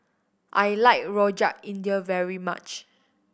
I like Rojak India very much